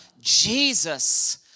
Jesus